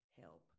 help